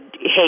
hey